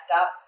up